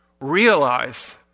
realize